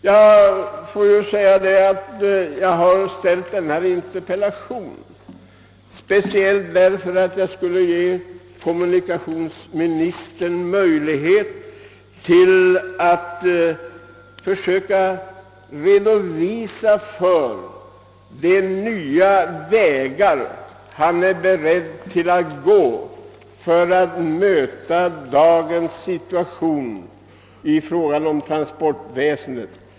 Jag har framställt denna interpellation speciellt för att ge kommunikationsministern möjlighet att försöka redovisa de nya linjer han är beredd att följa för att möta dagens situation i fråga om transportväsendet.